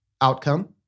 outcome